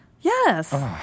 Yes